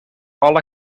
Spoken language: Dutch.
alle